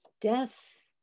death